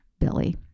Billy